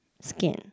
skin